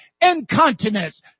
incontinence